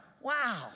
wow